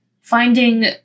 finding